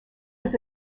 was